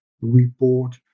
report